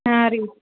ಹಾಂ ರೀ